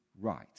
right